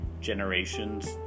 generations